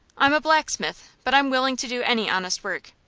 i'm a blacksmith, but i'm willing to do any honest work.